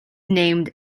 named